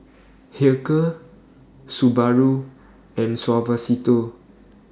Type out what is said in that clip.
Hilker Subaru and Suavecito